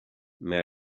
may